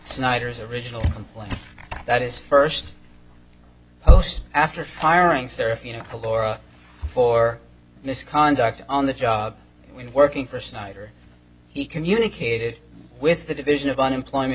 snyder's original complaint that his first post after firing sir if you know laura for misconduct on the job working for snyder he communicated with the division of unemployment